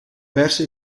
perso